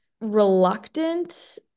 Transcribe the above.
reluctant